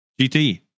GT